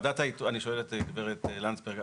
אני שואל את גברת לנדסברג,